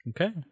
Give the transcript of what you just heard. Okay